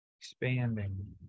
expanding